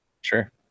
Sure